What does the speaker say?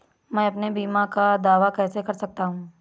मैं अपने बीमा का दावा कैसे कर सकता हूँ?